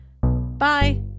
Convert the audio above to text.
Bye